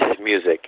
music